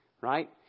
right